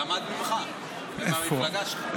הוא למד ממך, מהמפלגה שלך.